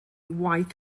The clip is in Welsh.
waith